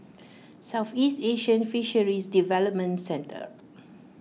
Southeast Asian Fisheries Development Centre